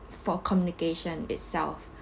for communication itself